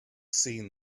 seen